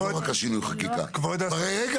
ברגע